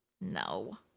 No